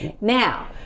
Now